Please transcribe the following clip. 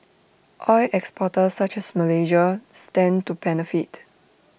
oil exporters such as Malaysia stand to benefit